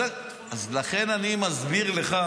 לכן אני מסביר לך